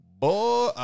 boy